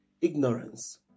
ignorance